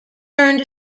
turned